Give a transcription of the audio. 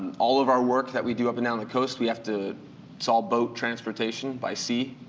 all of our work that we do up and down the coast, we have to it's all boat transportation, by sea.